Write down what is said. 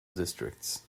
districts